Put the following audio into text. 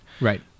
Right